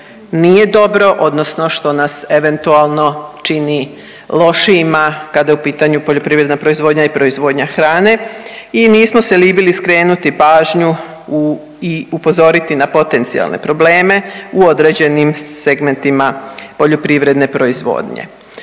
nije dobro odnosno što nas eventualno čini lošijima kada je u pitanju poljoprivredna proizvodnja i proizvodnja hrane i nismo se libili skrenuti pažnju u, i upozoriti na potencijalne probleme u određenim segmentima poljoprivredne proizvodnje.